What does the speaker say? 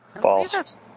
False